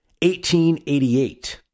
1888